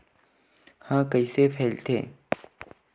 ह कइसे फैलथे?